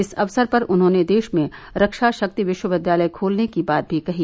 इस अवसर पर उन्होंने देश में रक्षा शक्ति विश्वविद्यालय खोलने का बात भी कही